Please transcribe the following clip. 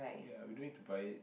ya we don't need to buy